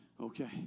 Okay